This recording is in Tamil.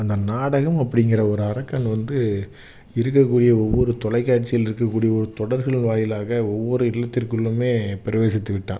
அந்த நாடகம் அப்படிங்கிற ஒரு அரக்கன் வந்து இருக்கக்கூடிய ஒவ்வொரு தொலைக்காட்சியில் இருக்கக்கூடிய ஒரு தொடர்கள் வாயிலாக ஒவ்வொரு இல்லத்திற்குள்ளுமே பிரவேசித்து விட்டான்